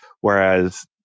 Whereas